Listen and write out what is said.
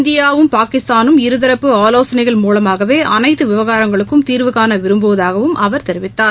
இந்தியாவும் பாகிஸ்தானும் இருதரப்பு ஆலோசனைகள் மூலமாகவே அனைத்து விவகாரங்களுக்கும் தீர்வுகாண விரும்புவதாகவும் அவர் தெரிவித்தார்